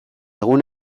egun